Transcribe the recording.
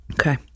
Okay